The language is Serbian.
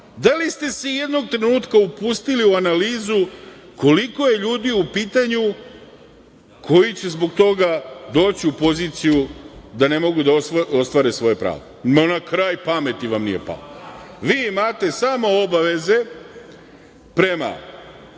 Da li ste se jednog trenutka upustili u analizu koliko je ljudi u pitanju koji će zbog toga doći u poziciju da ne mogu da ostvare svoje pravo? Ma na kraj pameti vam nije palo. Vi imate samo obaveze prema